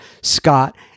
scott